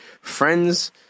friends